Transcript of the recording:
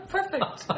Perfect